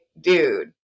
Dude